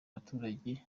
abaturage